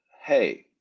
hey